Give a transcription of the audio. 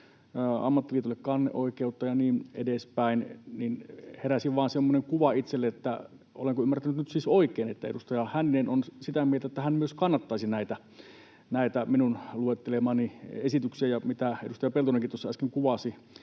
ammattiliitoille kanneoikeutta ja niin edespäin, niin että heräsi vain semmoinen kuva itselle — olenko ymmärtänyt nyt siis oikein — että edustaja Hänninen on nyt sitä mieltä, että hän myös kannattaisi näitä minun luettelemiani esityksiä ja sitä, mitä edustaja Peltonenkin tuossa äsken kuvasi.